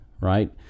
right